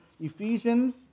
Ephesians